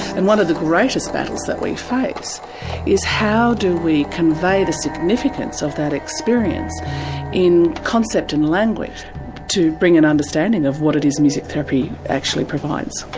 and one of the greatest battles that we face is how do we convey the significance of that experience in concept and language to bring an understanding of what it is music therapy actually provides.